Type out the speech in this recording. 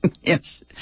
Yes